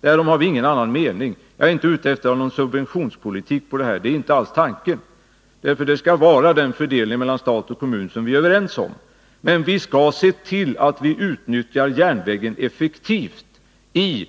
Därom har vi ingen annan mening. Jag är inte ute efter någon subventionspolitik. Det skall vara den fördelning mellan stat och kommun som vi är överens om. Men vi skall se till att vi utnyttjar järnvägen effektivt i